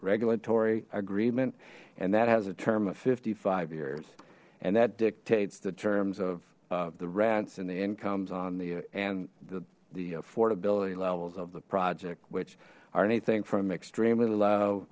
regulatory agreement and that has a term of fifty five years and that dictates the terms of the rents and the incomes on the and the the affordability levels of the project which are anything from extremely low